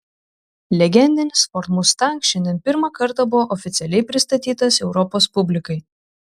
legendinis ford mustang šiandien pirmą kartą buvo oficialiai pristatytas europos publikai